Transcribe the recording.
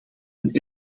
een